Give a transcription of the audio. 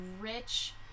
rich